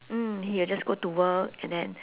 mm he will just go to work and then